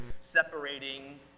separating